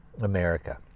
america